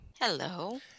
Hello